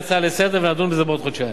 להצעה לסדר-היום ונדון בזה בעוד חודשיים.